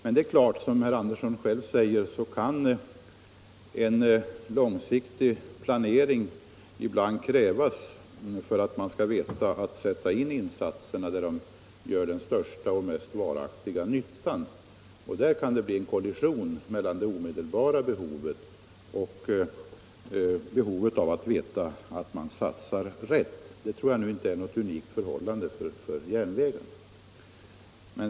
Men som herr Andersson själv sade kan en långsiktig planering ibland krävas för att man skall veta att sätta in insatserna där de gör den största och mest varaktiga nyttan, och där kan det bli en kollision mellan det omedelbara behovet och behovet av att veta att man satsar rätt. Det tror jag nu inte är något unikt förhållande för SJ.